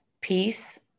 peace